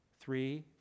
three